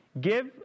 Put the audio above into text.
Give